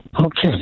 Okay